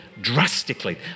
drastically